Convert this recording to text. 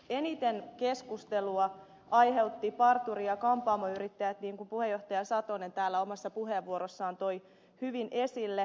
eniten keskustelua aiheuttivat parturi ja kampaamoyrittäjät niin kuin puheenjohtaja satonen täällä omassa puheenvuorossaan toi hyvin esille